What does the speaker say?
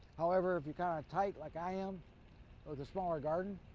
however, if you're kind of tight like i am with a smaller garden,